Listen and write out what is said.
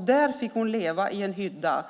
Där fick hon leva i en hydda.